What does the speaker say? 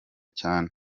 cyane